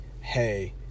hey